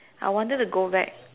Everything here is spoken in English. I wanted to go back